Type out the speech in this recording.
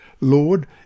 Lord